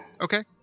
Okay